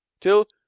till